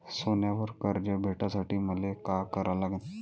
सोन्यावर कर्ज भेटासाठी मले का करा लागन?